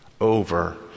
over